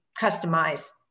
customize